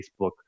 Facebook